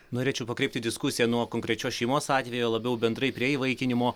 norėčiau pakreipti diskusiją nuo konkrečios šeimos atvejo labiau bendrai prie įvaikinimo